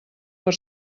per